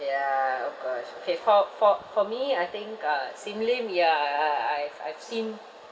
ya of course K for for for me I think uh sim lim ya I I've I've seen